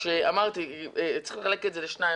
שצריך לחלק לשניים,